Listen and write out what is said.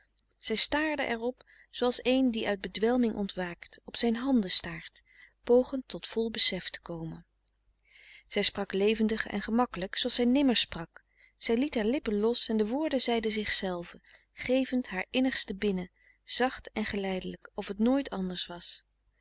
zij staarde er op zooals een die uit bedwelming ontwaakt op zijn handen staart poogend tot vol besef te komen zij sprak levendig en gemakkelijk zooals zij nimmer sprak zij liet haar lippen los en de woorden zeiden zichzelve gevend haar innigste binnen zacht en geleidelijk of t nooit anders was